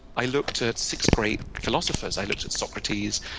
i looked at six great philosophers. i looked at socrates,